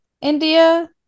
India